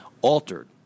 altered